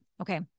okay